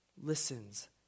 listens